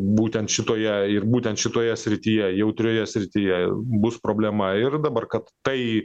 būtent šitoje ir būtent šitoje srityje jautrioje srityje bus problema ir dabar kad tai